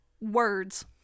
words